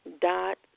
dot